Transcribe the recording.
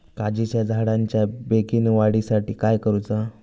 काजीच्या झाडाच्या बेगीन वाढी साठी काय करूचा?